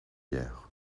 hier